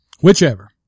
Whichever